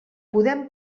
podem